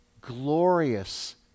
glorious